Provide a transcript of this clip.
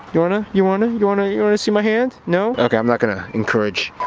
you wanna, you wanna? you wanna you wanna see my hand? no? okay, i'm not gonna encourage.